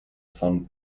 von